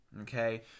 okay